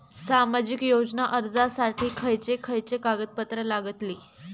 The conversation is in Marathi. सामाजिक योजना अर्जासाठी खयचे खयचे कागदपत्रा लागतली?